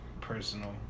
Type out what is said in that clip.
personal